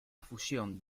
fusión